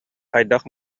хайдах